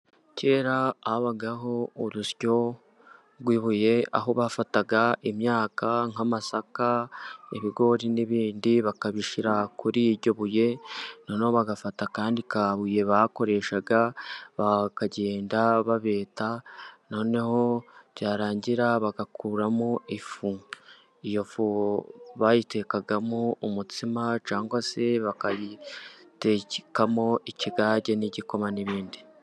Kera habagaho urusyo rw'ibuye aho bafataga imyaka nk'amasaka, ibigori n'ibindi bakabishyira kuri iryo buye, noneho bagafata akandi kabuye bakoreshaga, bakagenda babeta noneho byarangira bagakuramo ifu, iyo fu bayitekagamo umutsima cyangwa se bakayitemo ikigage, n'igikoma n'ibindi.